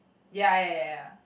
ya ya ya ya